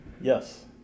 yes